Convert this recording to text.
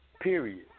Period